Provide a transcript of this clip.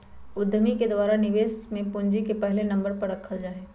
उद्यमि के द्वारा निवेश में पूंजी के पहले नम्बर पर रखल जा हई